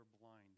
blind